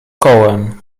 kołem